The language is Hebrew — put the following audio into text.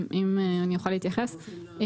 אם אני יכולה להתייחס,